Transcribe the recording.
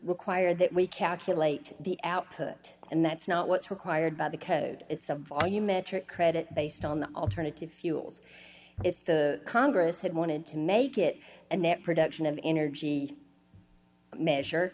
require that we calculate the output and that's not what's required by the code it's a volume metric credit based on the alternative fuels if the congress had wanted to make it and that production of energy measure